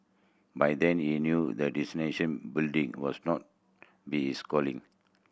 by then he knew that building was not be his calling